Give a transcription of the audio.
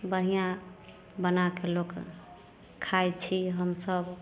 बढ़िऑं बनाके लोक खाइ छी हमसब